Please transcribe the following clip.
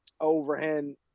overhand